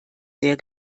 sehr